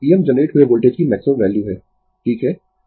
Em generate हुए voltage की maximum value है ठीक है